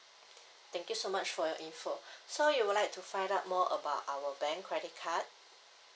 thank you so much for your info so you would like to find out more about our bank credit card